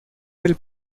del